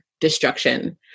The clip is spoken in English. destruction